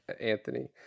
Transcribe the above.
Anthony